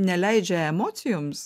neleidžia emocijoms